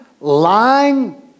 lying